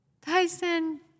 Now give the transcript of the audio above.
Tyson